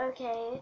Okay